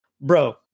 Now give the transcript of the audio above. bro